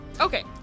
Okay